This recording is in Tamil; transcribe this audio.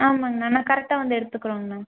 ஆமாங்ண்ணா நான் கரெக்ட்டாக வந்து எடுத்துக்கிறோங்ண்ணா